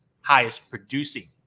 highest-producing